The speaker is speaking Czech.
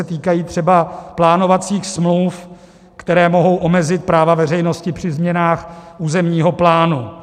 Týkají se třeba plánovacích smluv, které mohou omezit práva veřejnosti při změnách územního plánu.